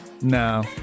No